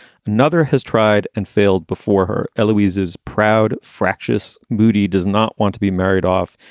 another has tried and failed before her. louise is proud, fractious. moody does not want to be married off.